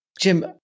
Jim